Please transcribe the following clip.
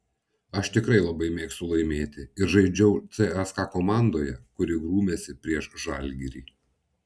aš tikrai labai mėgstu laimėti ir žaidžiau cska komandoje kuri grūmėsi prieš žalgirį